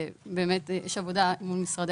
יש עבודה מול משרדי